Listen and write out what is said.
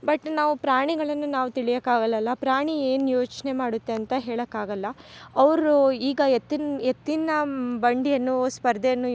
but ನಾವು ಪ್ರಾಣಿಗಳನ್ನು ನಾವು ತಿಳಿಯಾಕಾಗಲಲ್ಲ ಪ್ರಾಣಿ ಏನು ಯೋಚನೆ ಮಾಡುತ್ತೆ ಅಂತ ಹೇಳಕಾಗಲ್ಲ ಅವರು ಈಗ ಎತ್ತಿನ ಎತ್ತಿನ ಬಂಡಿಯನ್ನು ಸ್ಪರ್ಧೆಯನ್ನು